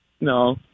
No